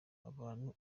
abantu